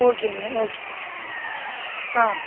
ஓகேங்க ஓகே ஆ